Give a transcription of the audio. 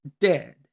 dead